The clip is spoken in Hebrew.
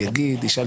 יתייחס,